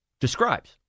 describes